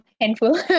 handful